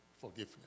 Forgiveness